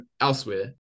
elsewhere